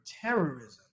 terrorism